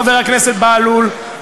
חבר הכנסת בהלול,